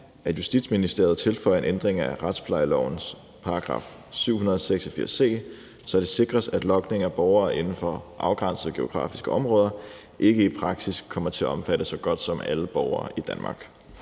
at Justitsministeriet tilføjer en ændring af retsplejelovens § 786 c, så det sikres, at logning er borgere inden for afgrænsede geografiske områder ikke i praksis kommer til at omfatte så godt som alle borgere i Danmark.